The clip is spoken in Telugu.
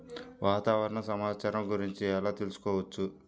వాతావరణ సమాచారము గురించి ఎలా తెలుకుసుకోవచ్చు?